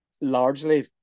largely